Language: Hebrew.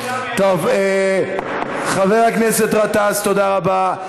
טוב, חבר הכנסת גטאס, תודה רבה.